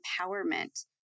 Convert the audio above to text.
empowerment